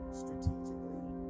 strategically